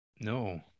No